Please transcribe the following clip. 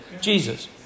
Jesus